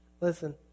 Listen